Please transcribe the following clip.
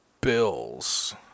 Bills